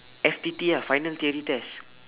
F_T_T ah final theory test